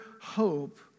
hope